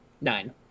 Nine